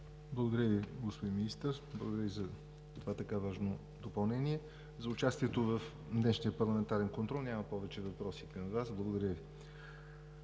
Благодаря Ви, господин Министър, за това така важно допълнение. За участието в днешния парламентарен контрол няма повече въпроси към Вас. Благодаря Ви.